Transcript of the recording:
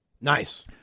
Nice